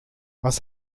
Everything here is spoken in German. was